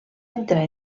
entrar